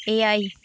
ᱮᱭᱟᱭ